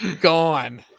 Gone